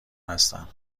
هستم